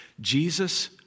Jesus